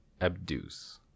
Abduce